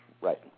Right